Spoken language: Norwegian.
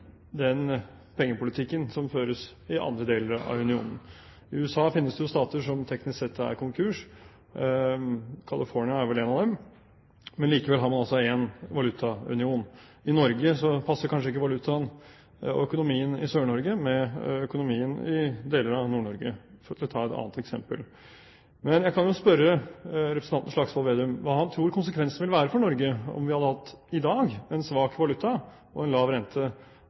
den pengepolitikken som føres i andre deler av unionen. I USA finnes det jo stater som teknisk sett er konkurs – California er vel en av dem. Likevel har man altså én valutaunion. I Norge passer kanskje ikke økonomien i Sør-Norge med økonomien i deler av Nord-Norge, for å ta et annet eksempel. Jeg vil spørre representanten Slagsvold Vedum: Hva tror han konsekvensene ville være f.eks. for eksportnæringen i Norge om vi i dag hadde hatt en svak valuta og lav rente?